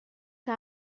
que